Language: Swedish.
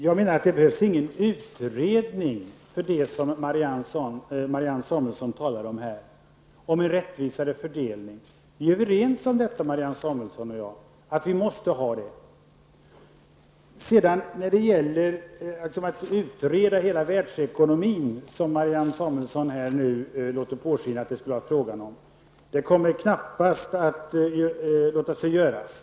Herr talman! Det behövs ingen utredning för det som Marianne Samuelsson talar om här, nämligen en rättvisare fördelning. Vi är överens om att vi måste ha detta, Marianne Samuelsson och jag. Marianne Samuelsson låter här påskina att hela världsekonomin skulle utredas. Det kommer knappast att låta sig göras.